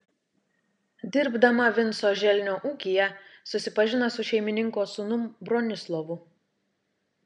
dirbdama vinco želnio ūkyje susipažino su šeimininko sūnum bronislovu